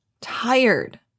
tired